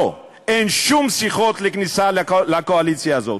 לא, אין שום שיחות על כניסה לקואליציה הזאת.